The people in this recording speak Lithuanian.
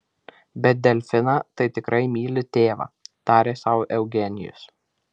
bet delfiną tai tikrai myli tėvą tarė sau eugenijus